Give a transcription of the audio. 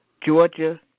Georgia